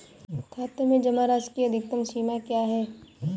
खाते में जमा राशि की अधिकतम सीमा क्या है?